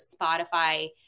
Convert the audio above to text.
Spotify